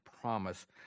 promise